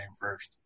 first